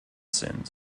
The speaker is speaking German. sind